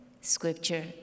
scripture